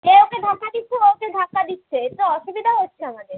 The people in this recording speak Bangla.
এ ওকে ধাক্কা দিচ্ছে ও ওকে ধাক্কা দিচ্ছে এ তো অসুবিধা হচ্ছে আমাদের